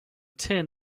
tin